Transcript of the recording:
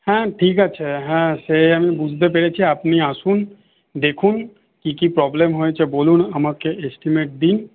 হ্যাঁ ঠিক আছে হ্যাঁ সে আমি বুঝতে পেরেছি আপনি আসুন দেখুন কী কী প্রবলেম হয়েছে বলুন আমাকে এসটিমেট দিন